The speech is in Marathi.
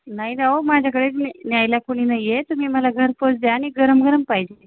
नाही ना ओ माझ्याकडेच न्यायला कोणी नाही आहे तुम्ही मला घरपोच द्या आणि गरम गरम पाहिजे